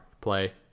play